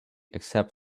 except